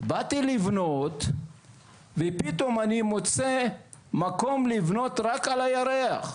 באתי לבנות ופתאום אני מוצא מקום לבנות רק על הירח,